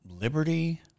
Liberty